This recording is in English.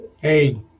Hey